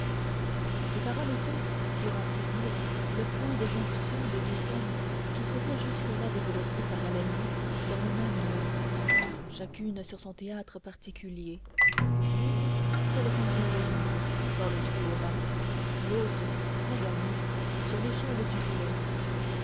ces paroles étaient pour ainsi dire le point de jonction de deux scènes qui s'étaient jusque-là développées parallèlement dans le même moment chacune sur son théâtre particulier l'une celle qu'on vient de lire dans le trou aux rats l'autre qu'on va lire sur l'échelle du pilori